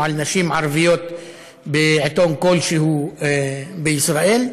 על נשים ערביות בעיתון כלשהו בישראל,